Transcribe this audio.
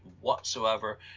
whatsoever